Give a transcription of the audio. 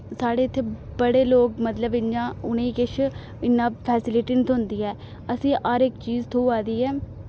साढ़े इत्थै बड़े लोक मतलब इ'यां उ'नें किश इन्ना फैसिलिटी निं थ्होंदी ऐ असें हर इक चीज थ्होआ दी ऐ